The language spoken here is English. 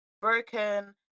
broken